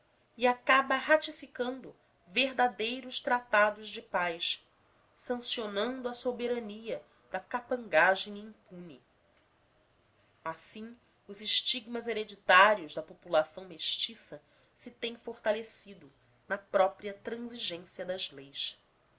e acaba ratificando verdadeiros tratados de paz sancionando a soberania da capangagem impune assim os estigmas hereditários da população mestiça se têm fortalecido na própria transigência das leis